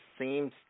seems